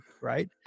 right